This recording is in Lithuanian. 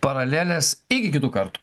paralelės iki kitų kartų